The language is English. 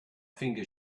finger